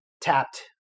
tapped